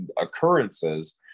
occurrences